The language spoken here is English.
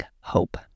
hope